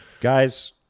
guys